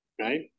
right